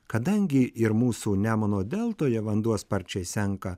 kadangi ir mūsų nemuno deltoje vanduo sparčiai senka